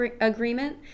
agreement